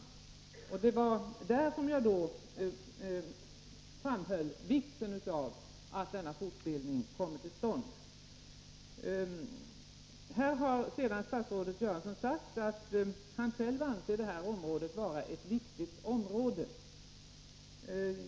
Det var med tanke på detta som jag framhöll vikten av att denna fortbildning kommer till stånd. Statsrådet Göransson säger att han anser att detta är ett viktigt område.